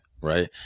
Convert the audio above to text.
Right